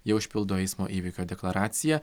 jie užpildo eismo įvykio deklaraciją